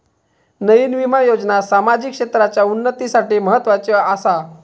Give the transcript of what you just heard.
नयीन विमा योजना सामाजिक क्षेत्राच्या उन्नतीसाठी म्हत्वाची आसा